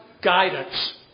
guidance